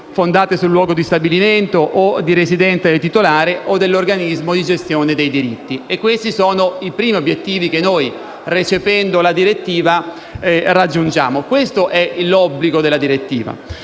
sul luogo di stabilimento o di residenza del titolare o dell'organismo di gestione dei diritti. Questi sono i primi obiettivi che noi, recependo la direttiva, raggiungiamo. Questi rappresentano l'obbligo della direttiva.